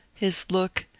his look,